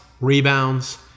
rebounds